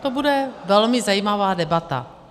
To bude velmi zajímavá debata.